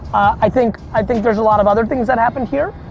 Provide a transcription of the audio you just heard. i think i think there's a lot of other things that happened here.